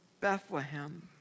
Bethlehem